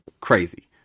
crazy